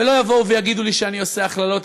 ושלא יבואו ויגידו לי שאני עושה הכללות,